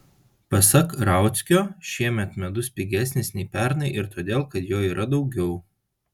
pasak rauckio šiemet medus pigesnis nei pernai ir todėl kad jo yra daugiau